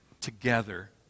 together